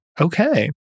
Okay